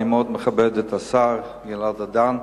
אני מאוד מכבד את השר גלעד ארדן.